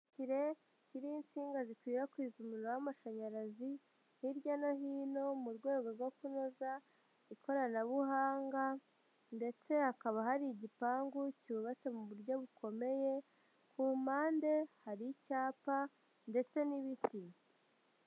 Igiti kirekire kiriho inshinga zikwirakwiza umuriro w'amashanyarazi hirya no hino, mu rwego rwo kunoza ikoranabuhanga ndetse hakaba hari igipangu cyubatse mu buryo bukomeye, ku mpande hari icyapa ndetse n'ibiti.